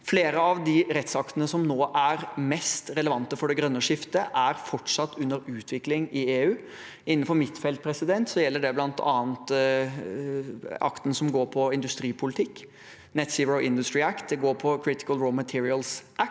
Flere av rettsaktene som nå er mest relevante for det grønne skiftet, er fortsatt under utvikling i EU. Innenfor mitt felt gjelder det bl.a. akten som går på industripolitikk, Net Zero Industry Act, og Critical Raw Materials Act.